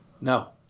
No